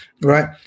right